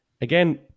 again